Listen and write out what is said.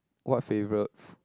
what favourite